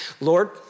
Lord